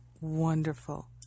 wonderful